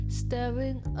staring